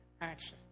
action